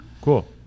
cool